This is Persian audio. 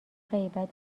غیبت